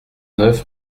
neuf